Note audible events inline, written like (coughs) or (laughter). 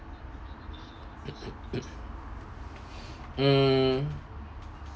(coughs) mm